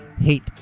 hate